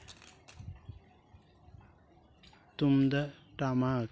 ᱛᱩᱢᱫᱟᱜ ᱴᱟᱢᱟᱠ